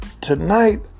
tonight